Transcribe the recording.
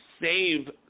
save